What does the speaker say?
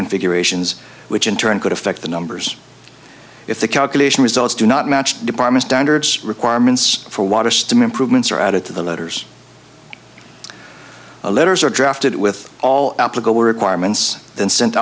configurations which in turn could affect the numbers if the calculation results do not match department standards requirements for water system improvements are added to the letters letters or drafted with all applicable requirements then sent